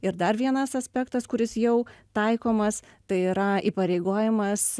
ir dar vienas aspektas kuris jau taikomas tai yra įpareigojimas